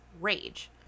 rage